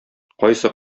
кайсы